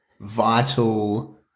vital